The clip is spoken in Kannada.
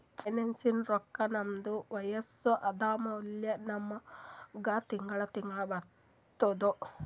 ಪೆನ್ಷನ್ದು ರೊಕ್ಕಾ ನಮ್ದು ವಯಸ್ಸ ಆದಮ್ಯಾಲ ನಮುಗ ತಿಂಗಳಾ ತಿಂಗಳಾ ಬರ್ತುದ್